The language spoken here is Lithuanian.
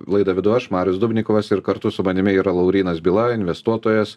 laidą vedu aš marius dubnikovas ir kartu su manimi yra laurynas byla investuotojas